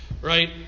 right